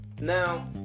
Now